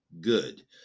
good